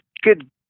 good